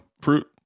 fruit